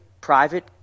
private